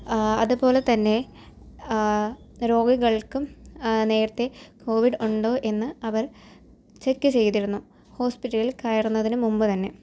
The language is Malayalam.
അതു പോലെ തന്നെ രോഗികൾക്കും നേരത്തെ കോവിഡ് ഉണ്ടോ എന്ന് അവർ ചെക്ക് ചെയ്തിരുന്നു ഹോസ്പിറ്റലിൽ കയറുന്നതിനു മുൻപു തന്നെ